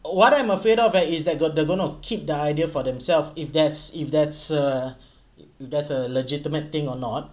what I'm afraid of eh is that got they're gonna keep the idea for themselves if that's if that's a that's a legitimate thing or not